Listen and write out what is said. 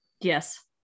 Yes